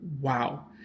wow